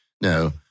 no